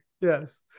Yes